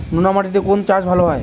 নোনা মাটিতে কোন চাষ ভালো হবে?